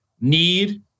Need